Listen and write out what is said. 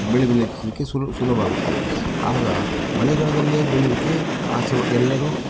ಬೆಳೆ ಬೆಳೆಸಲಿಕ್ಕೆ ಸುಲಭ ಸುಲಭ ಆಗುತ್ತೆ ಆಗ ಮಳೆಗಾಲದಲ್ಲಿ ಬೆಳಿಲಿಕ್ಕೆ ಆಸೆಗಳ ಎಲ್ಲರೂ